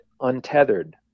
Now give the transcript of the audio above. untethered